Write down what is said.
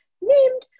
named